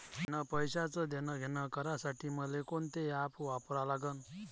UPI न पैशाचं देणंघेणं करासाठी मले कोनते ॲप वापरा लागन?